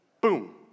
boom